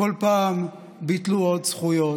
כל פעם ביטלו עוד זכויות,